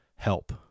help